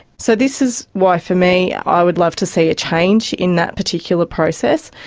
so this is why for me i would love to see a change in that particular process,